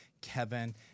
Kevin